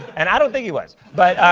and i don't think he was. but